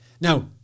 Now